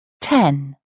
ten